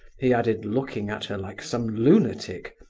he added, looking at her like some lunatic,